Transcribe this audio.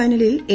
L ഫൈനലിൽ A